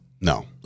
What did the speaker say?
No